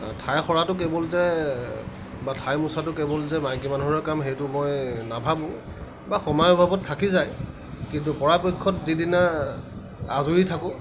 ঠাই সৰাটো কেৱল যে বা ঠাই মোচাটো কেৱল যে মাইকী মানুহৰে কাম সেইটো মই নাভাবোঁ বা সময়ৰ অভাৱত থাকি যায় কিন্তু পৰাপক্ষত যিদিনা আজৰি থাকোঁ